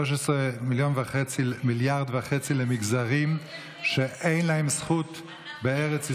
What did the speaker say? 13.5 מיליארד למגזרים שאין להם זכות בארץ ישראל,